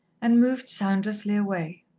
and moved soundlessly away.